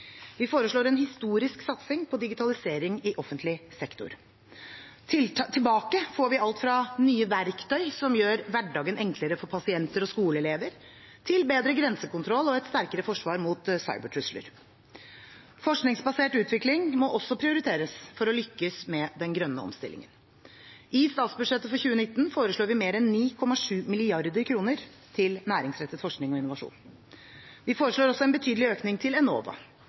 Vi foreslår en historisk satsing på digitalisering i offentlig sektor. Tilbake får vi alt fra nye verktøy som gjør hverdagen enklere for pasienter og skoleelever, til bedre grensekontroll og et sterkere forsvar mot cybertrusler. Forskningsbasert utvikling må også prioriteres for å lykkes med den grønne omstillingen. I statsbudsjettet for 2019 foreslår vi mer enn 9,7 mrd. kr til næringsrettet forskning og innovasjon. Vi foreslår også en betydelig økning til Enova.